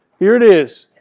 here it is,